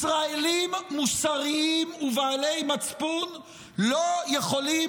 ישראלים מוסריים ובעלי מצפון לא יכולים